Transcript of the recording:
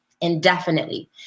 indefinitely